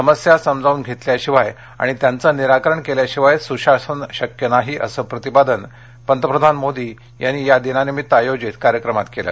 समस्या समजावून घेतल्यशिवाय आणि त्यांचं निराकरण केल्याशिवाय सुशासन शक्य नाही असं प्रतिपादन मोदी यांनी सुशासन दिनानिमित्त आयोजित कार्यक्रमात केलं